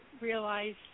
realize